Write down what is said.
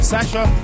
Sasha